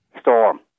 storm